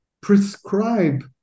prescribe